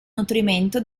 nutrimento